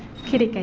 katie. katie